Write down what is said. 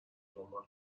دنبال